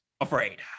afraid